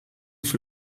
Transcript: für